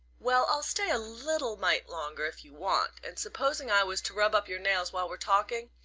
well i'll stay a little mite longer if you want and supposing i was to rub up your nails while we're talking?